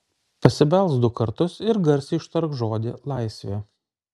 pasibelsk du kartus ir garsiai ištark žodį laisvė